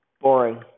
boring